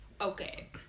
Okay